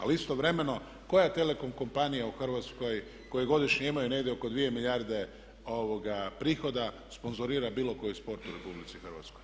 Ali istovremeno koja telekom kompanija u Hrvatskoj koje godišnje imaju negdje oko 2 milijarde prihoda sponzorira bilo koji sport u RH?